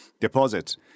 deposit